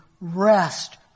rest